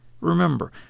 Remember